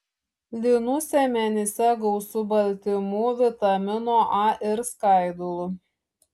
linų sėmenyse gausu baltymų vitamino a ir skaidulų